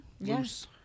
Yes